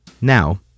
Now